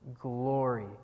glory